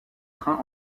train